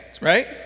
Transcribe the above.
right